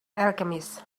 alchemist